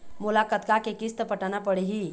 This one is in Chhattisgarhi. मोला कतका के किस्त पटाना पड़ही?